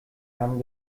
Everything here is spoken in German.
haben